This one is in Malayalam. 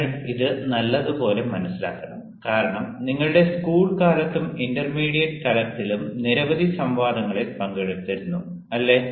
നിങ്ങൾ ഇത് നല്ലപോലെ മനസിലാക്കണം കാരണം നിങ്ങളുടെ സ്കൂൾ കാലത്തും ഇന്റർമീഡിയറ്റ് തലത്തിലും നിരവധി സംവാദങ്ങളിൽ പങ്കെടുത്തിരുന്നു അല്ലേ